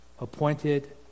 appointed